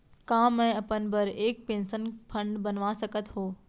का मैं अपन बर एक पेंशन फण्ड बनवा सकत हो?